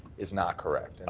is not correct?